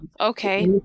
okay